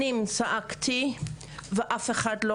אני שמחה שיש מודעות לנושא כי שנים צעקתי ואף אחד לא